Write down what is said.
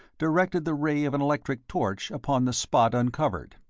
directed the ray of an electric torch upon the spot uncovered.